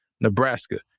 Nebraska